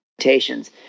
limitations